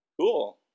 Cool